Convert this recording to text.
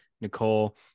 Nicole